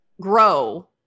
grow